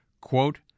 Quote